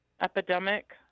epidemic